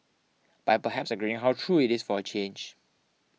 by perhaps agreeing how true it is for a change